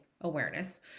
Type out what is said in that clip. awareness